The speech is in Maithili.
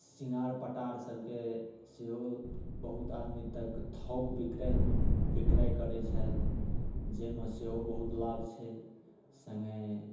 सिङ्गार पटारसबके सेहो बहुत आदमी तक थोक बिक्रय बिक्रय करै छथि जाहिमे सेहो बहुत लाभ छै सङ्गे